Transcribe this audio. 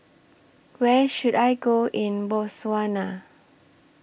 Where should I Go in Botswana